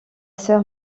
sœur